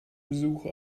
besuch